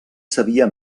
sabia